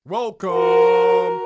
Welcome